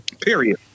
Period